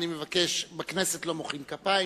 אני מבקש: בכנסת לא מוחאים כפיים,